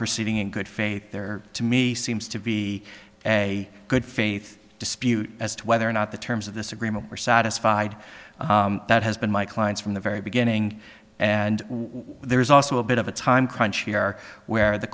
proceeding in good faith there to me seems to be a good faith dispute as to whether or not the terms of this agreement are satisfied that has been my client's from the very beginning and there's also a bit of a time crunch here where the